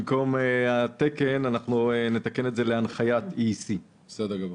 במקום "תקן" נתקן את זה ל"הנחיית E.E.C". בפסקה (2)